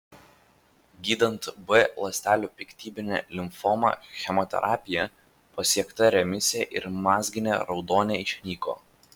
gydant b ląstelių piktybinę limfomą chemoterapija pasiekta remisija ir mazginė raudonė išnyko